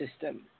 system